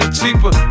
cheaper